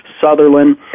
Sutherland